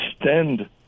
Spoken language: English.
extend